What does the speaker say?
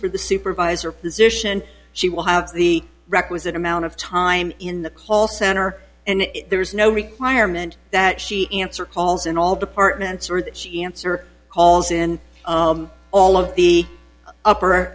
for the supervisor position she will have the requisite amount of time in the call center and there is no requirement that she answer calls in all departments or that she answer calls in all of the upper